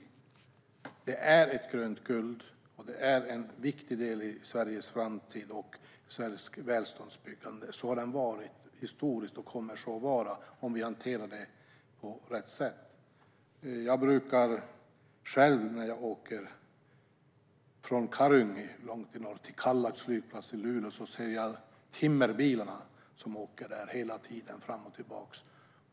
Skogen är ett grönt guld och en viktig del i Sveriges framtid och svenskt välståndsbyggande. Det har den varit historiskt och kommer att vara det om vi hanterar den på rätt sätt. När jag åker från Karungi långt i norr till Kallax flygplats i Luleå ser jag timmerbilarna som hela tiden åker fram och tillbaka.